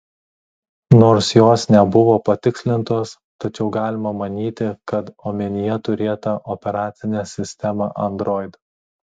nors jos nebuvo patikslintos tačiau galima manyti kad omenyje turėta operacinė sistema android